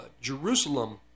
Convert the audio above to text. Jerusalem